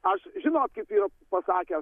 aš žinot kaip yra pasakęs